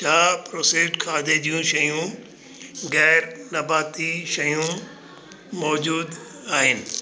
छा प्रोसेस्ड खाधे जूं शयूं गै़र नबाती शयूं मौजूदु आहिनि